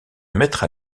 mettre